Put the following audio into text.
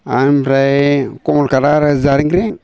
आमफ्राय कमलखाथआ आरो जारें रें